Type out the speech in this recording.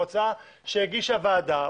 של ההצעה שהגישה הוועדה,